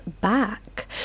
back